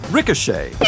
Ricochet